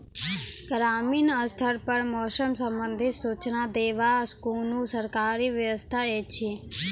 ग्रामीण स्तर पर मौसम संबंधित सूचना देवाक कुनू सरकारी व्यवस्था ऐछि?